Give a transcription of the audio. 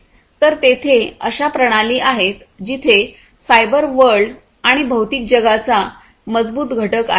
तरयेथे अशा प्रणाली आहेत जिथे सायबर वर्ल्ड आणि भौतिक जगाचा मजबूत घटक आहे